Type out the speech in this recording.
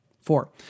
Four